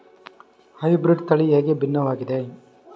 Hybrid ತಳಿ ಹೇಗೆ ಭಿನ್ನವಾಗಿದೆ?